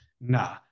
Nah